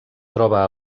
troba